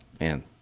man